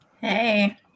Hey